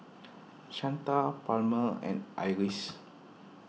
Shanta Palmer and Iris